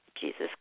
Jesus